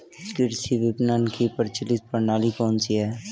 कृषि विपणन की प्रचलित प्रणाली कौन सी है?